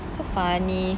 so funny